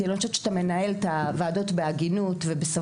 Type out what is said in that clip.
כאילו אני חושבת שאתה מנהל את הוועדות בהגינות ובסובלנות,